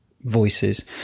Voices